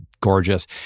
gorgeous